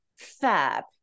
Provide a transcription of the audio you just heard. Fab